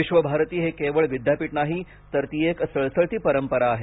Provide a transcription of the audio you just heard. विश्वभारती हे केवळ विद्यापीठ नाही तर ती एक सळसळती परंपरा आहे